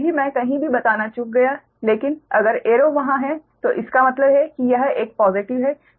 भले ही मैं कहीं भी बताना चूक गया लेकिन अगर एरो वहाँ है तो इसका मतलब है कि यह एक पॉज़िटिव है